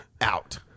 out